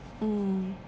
mm